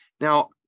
Now